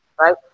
right